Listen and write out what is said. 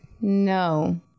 No